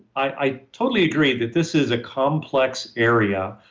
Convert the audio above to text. i totally agree that this is a complex area.